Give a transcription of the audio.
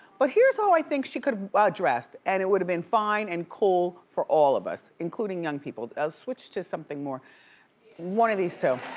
but here's how i think she could've ah dressed, and it would've been fine and cool for all of us, including young people. switch to something more one of these two.